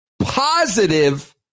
positive